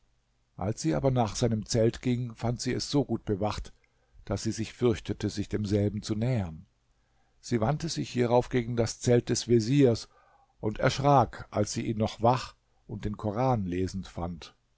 als sie aber nach seinem zelt ging fand sie es so gut bewacht daß sie sich fürchtete sich demselben zu nähern sie wandte sich hierauf gegen das zelt des veziers und erschrak als sie ihn noch wach und den koran lesend fand